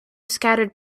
scattered